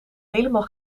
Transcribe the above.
helemaal